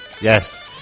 yes